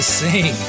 sing